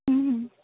ହୁଁ ହୁଁ